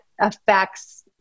affects